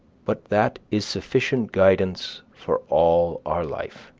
but that is sufficient guidance for all our life.